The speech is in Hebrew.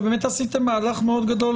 ובאמת עשיתם מהלך מאוד גדול,